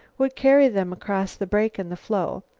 would carry them across the break in the floe,